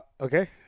Okay